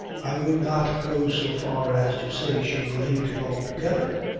i would not go so far as to say she believed it altogether.